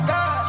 God